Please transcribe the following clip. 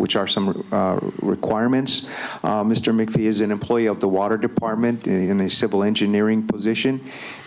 which are some requirements mr make the is an employee of the water department in a civil engineering position